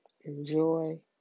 enjoy